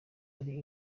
ari